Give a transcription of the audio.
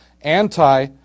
anti